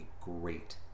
great